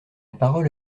parole